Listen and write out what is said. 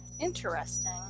Interesting